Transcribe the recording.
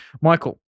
Michael